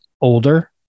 older